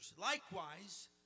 likewise